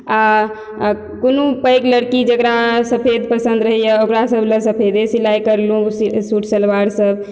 आओर कोनो पैघ लड़की जकरा सफेद पसन्द रहइए ओकरा सब लए सफेदे सिलाइ करलहुँ सूट सलवार सब